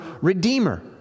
redeemer